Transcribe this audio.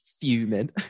fuming